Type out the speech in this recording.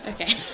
okay